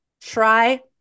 Try